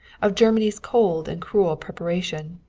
of germany's cold and cruel preparation,